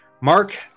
Mark